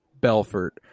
Belfort